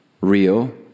real